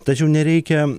tačiau nereikia